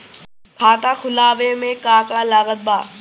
खाता खुलावे मे का का लागत बा?